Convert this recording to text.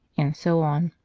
and so on